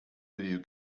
video